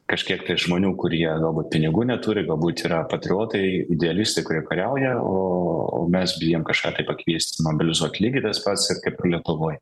kažkiek žmonių kurie galbūt pinigų neturi galbūt yra patriotai idealistai kurie kariauja o mes bijom kažką pakeist mobilizuot lygiai tas pats ir kaip ir lietuvoj